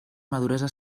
maduresa